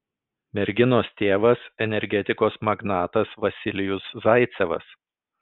merginos tėvas energetikos magnatas vasilijus zaicevas